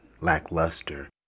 lackluster